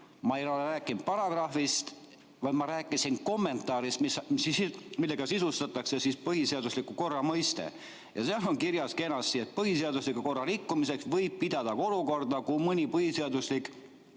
Ma ei ole rääkinud paragrahvist, vaid ma rääkisin kommentaarist, millega sisustatakse põhiseadusliku korra mõiste. Ja seal on kenasti kirjas, et põhiseadusega korrarikkumiseks võib pidada olukorda, kui mõni põhiseaduslik